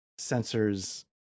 sensors